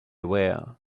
were